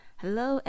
hello